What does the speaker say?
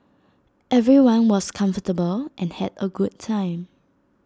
everyone was comfortable and had A good time